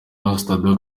pastor